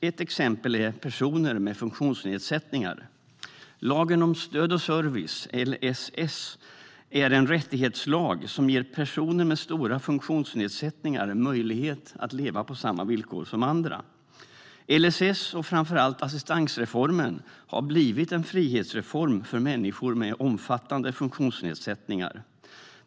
Ett exempel är personer med funktionsnedsättningar. Lagen om stöd och service till vissa funktionshindrade, LSS, är en rättighetslag som ger personer med stora funktionsnedsättningar möjlighet att leva under samma villkor som andra. LSS och framför allt assistansreformen har blivit frihetsreformer för människor med omfattande funktionsnedsättningar.